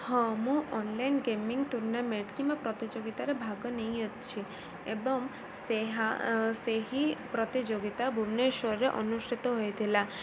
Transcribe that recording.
ହଁ ମୁଁ online gaming tournament କିମ୍ବା ପ୍ରତିଯୋଗୀତା'ରେ ଭାଗ ନେଇଅଛି ଏବଂ ସେହା ସେହି ପ୍ରତିଯୋଗୀତା ଭୁବନେଶ୍ୱର'ରେ ଅନୁଷ୍ଠିତ ହୋଇଥିଲା